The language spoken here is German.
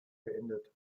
beendet